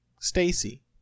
Stacy